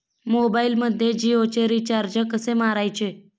मोबाइलमध्ये जियोचे रिचार्ज कसे मारायचे?